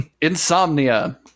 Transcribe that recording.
insomnia